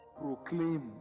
proclaim